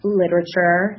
literature